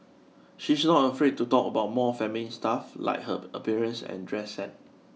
she is not afraid to talk about more feminine stuff like her appearance and dress sense